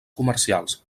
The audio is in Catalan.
comercials